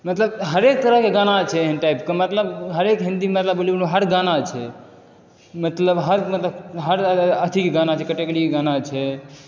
मतलब हरेक तरहके गाना जे छै एहन टाइपके मतलब हरेक हिन्दी मतलब बॉलीवुडमे हर गाना छै मतलब हर मतलब हर अथीके गाना छै कैटेगरीके गाना छै